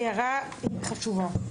הערה חשובה.